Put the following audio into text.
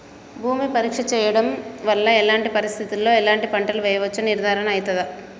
భూమి పరీక్ష చేయించడం వల్ల ఎలాంటి పరిస్థితిలో ఎలాంటి పంటలు వేయచ్చో నిర్ధారణ అయితదా?